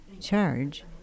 charge